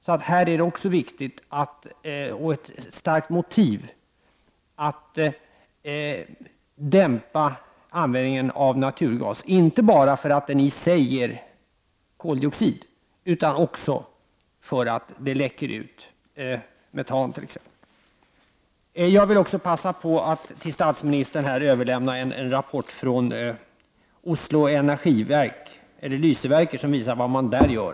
Det är alltså ett starkt motiv för att dämpa användningen av naturgas, inte bara därför att den i sig ger koldioxid utan också därför att den läcker metan. Jag vill också passa på att till statsministern överlämna en rapport från Oslo Lysverker, dvs. energiverket, som visar vad man där gör.